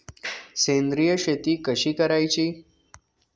सेंद्रिय शेती कशी करायची?